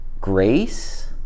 grace